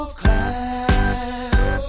class